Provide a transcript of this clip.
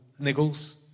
niggles